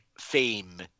fame